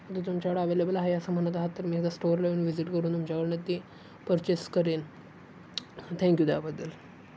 जर तुमच्याकडं अव्हेलेबल आहे असं म्हणत आहात तर मी एकदा स्टोरला येऊन व्हिजिट करून तुमच्याकडनं ते परचेस करेन थँक्यू त्याबद्दल